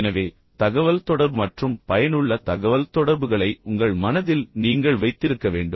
எனவே தகவல்தொடர்பு மற்றும் பயனுள்ள தகவல்தொடர்புகளை உங்கள் மனதில் நீங்கள் வைத்திருக்க வேண்டும்